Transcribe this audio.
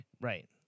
Right